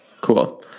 cool